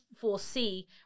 foresee